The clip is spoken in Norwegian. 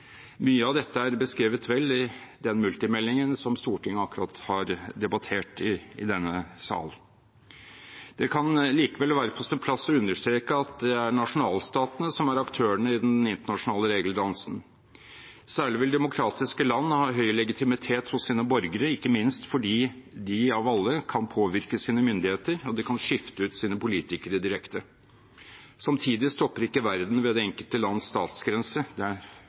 Mye av dette er beskrevet vel i den multimeldingen som Stortinget akkurat har debattert i denne sal. Det kan likevel være på sin plass å understreke at det er nasjonalstatene som er aktørene i den internasjonale regeldannelsen. Særlig vil demokratiske land ha høy legitimitet hos sine borgere, ikke minst fordi de av alle kan påvirke sine myndigheter, og de kan skifte ut sine politikere direkte. Samtidig stopper ikke verden ved det enkelte lands